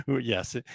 yes